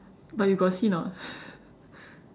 but you got see or not